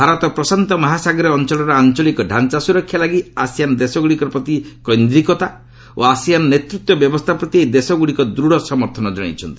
ଭାରତ ପ୍ରଶାନ୍ତ ମହାସାଗରୀୟ ଅଞ୍ଚଳର ଆଞ୍ଚଳିକ ଢାଞ୍ଚା ସୁରକ୍ଷା ଲାଗି ଆସିଆନ୍ ଦେଶଗୁଡ଼ିକ ପ୍ରତି କୈନ୍ଦ୍ରିକତା ଓ ଆସିଆନ୍ ନେତୃତ୍ୱ ବ୍ୟବସ୍ଥା ପ୍ରତି ଏହି ଦେଶଗୁଡ଼ିକ ଦୃଢ଼ ସମର୍ଥନ ଜଣାଇଛନ୍ତି